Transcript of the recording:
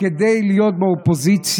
כדי להיות באופוזיציה,